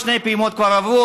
ושתי פעימות כבר עברו.